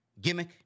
gimmick